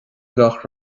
gach